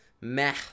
meh